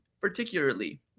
particularly